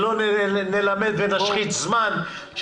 שלא נלמד ונשחית זמן.